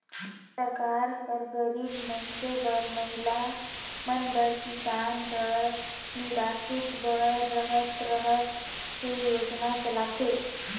सरकार हर गरीब मइनसे बर, महिला मन बर, किसान घर निरासित बर तरह तरह के योजना चलाथे